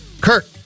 Kirk